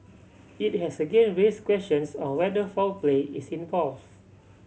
it has again raised questions on whether foul play is involved